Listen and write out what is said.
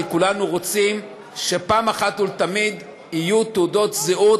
כי כולנו רוצים שאחת ולתמיד יהיו תעודות זהות